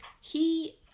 He-